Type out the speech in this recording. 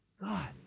God